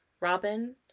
Robin